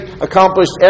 accomplished